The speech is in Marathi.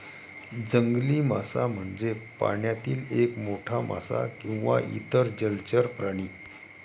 जंगली मासा म्हणजे पाण्यातील एक मोठा मासा किंवा इतर जलचर प्राणी